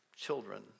children